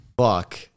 Fuck